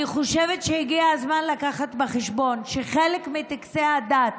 אני חושבת שהגיע הזמן להביא בחשבון שחלק מטקסי הדת,